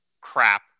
crap